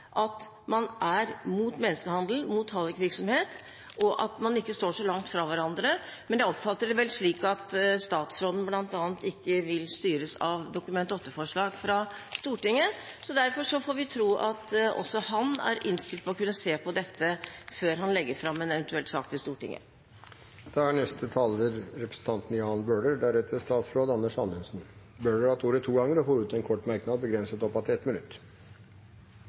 at man ikke står så langt fra hverandre. Men jeg oppfatter det vel slik at statsråden bl.a. ikke vil styres av Dokument 8-forslag fra Stortinget. Derfor får vi tro at også han er innstilt på å kunne se på dette før han eventuelt legger fram en sak for Stortinget. Representanten Jan Bøhler har hatt ordet to ganger tidligere og får ordet til en kort merknad, begrenset til 1 minutt.